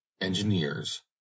engineers